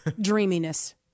dreaminess